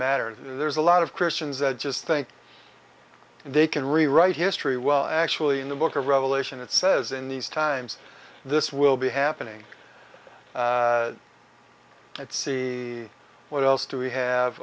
matter there's a lot of christians that just think they can rewrite history well actually in the book of revelation it says in these times this will be happening let's see what else do we have